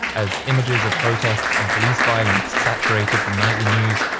as images of protests and police violence saturated the nightly news,